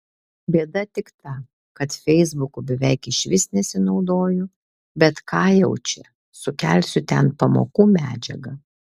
bėda tik ta kad feisbuku beveik išvis nesinaudoju bet ką jau čia sukelsiu ten pamokų medžiagą